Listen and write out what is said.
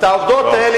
העובדות האלה,